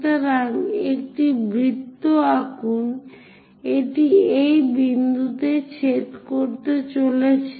সুতরাং একটি বৃত্ত আঁকুন এটি এই বিন্দুতে ছেদ করতে চলেছে